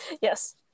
Yes